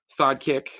sidekick